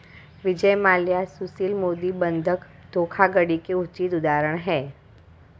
विजय माल्या सुशील मोदी बंधक धोखाधड़ी के उचित उदाहरण है